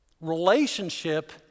Relationship